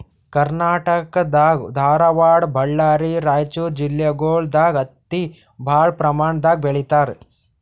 ಕರ್ನಾಟಕ್ ದಾಗ್ ಧಾರವಾಡ್ ಬಳ್ಳಾರಿ ರೈಚೂರ್ ಜಿಲ್ಲೆಗೊಳ್ ದಾಗ್ ಹತ್ತಿ ಭಾಳ್ ಪ್ರಮಾಣ್ ದಾಗ್ ಬೆಳೀತಾರ್